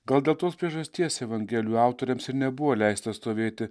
gal dėl tos priežasties evangelijų autoriams ir nebuvo leista stovėti